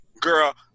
girl